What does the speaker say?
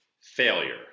failure